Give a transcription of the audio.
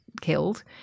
killed